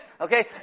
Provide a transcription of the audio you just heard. Okay